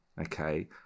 okay